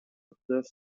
observe